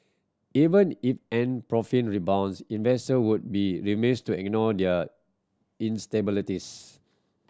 even if Ant profit rebounds investor would be remiss to ignore their instabilities